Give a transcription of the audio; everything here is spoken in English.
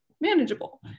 manageable